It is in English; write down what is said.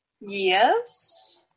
Yes